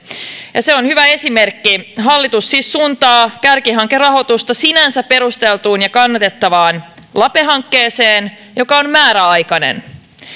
ja se on hyvä esimerkki hallitus siis suuntaa kärkihankerahoitusta sinänsä perusteltuun ja kannatettavaan lape hankkeeseen joka on määräaikainen